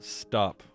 stop